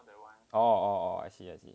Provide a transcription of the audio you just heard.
oh I see I see